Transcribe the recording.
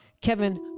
kevin